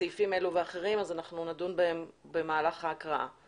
סעיפים אלה ואחרים, אנחנו נדון בהן במהלך ההקראה.